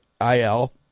IL